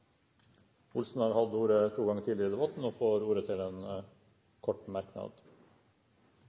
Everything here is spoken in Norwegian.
Olsen har hatt ordet to ganger tidligere og får ordet til en kort merknad,